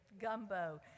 gumbo